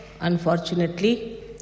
unfortunately